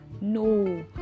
No